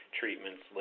treatments